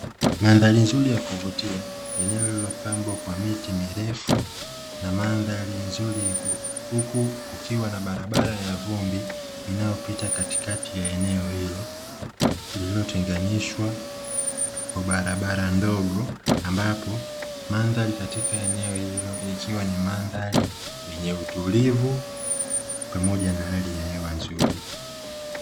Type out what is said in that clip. Mandhari nzuri ya kuvutia eneo lililopambwa kwa miti mirefu na mandhari nzuri, huku kukiwa na barabara ya vumbi inayopita katikati ya eneo hilo lililotenganishwa kwa barabara ndogo, ambapo mandhari katika eneo hilo ikiwa ni mandhari yenye utulivu pamoja na hali ya hewa nzuri.